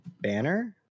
Banner